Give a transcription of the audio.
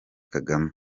kagame